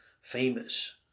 famous